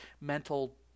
mental